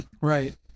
Right